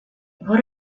what